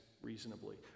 Reasonably